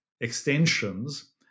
extensions